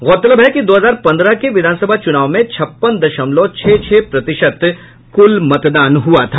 गौरतलब है कि दो हजार पंद्रह के विधानसभा चूनाव में छप्पन दशमलव छह छह प्रतिशत मतदान हुआ था